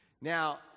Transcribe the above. Now